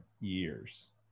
years